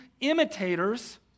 imitators